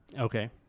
Okay